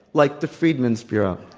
like the freedmen's bureau.